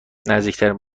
نزدیکترین